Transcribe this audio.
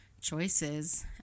choices